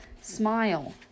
Smile